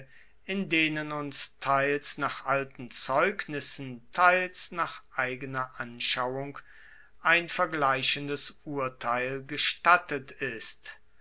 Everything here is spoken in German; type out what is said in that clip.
in denen uns teils nach alten zeugnissen teils nach eigener anschauung eine vergleichendes urteil gestattet ist